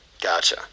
gotcha